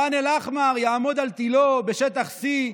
ח'אן אל-אחמר יעמוד על תילו בשטח C,